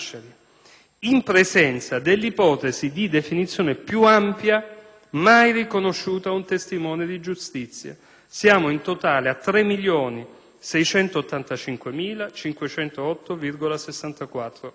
in presenza dell'ipotesi di definizione più ampia mai riconosciuta ad un testimone di giustizia: siamo in totale a 3.685.508,64 euro.